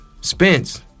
Spence